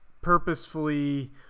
purposefully